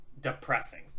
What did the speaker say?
depressing